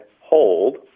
hold